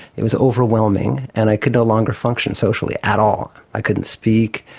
it was overwhelming, and i could no longer function socially at all. i couldn't speak,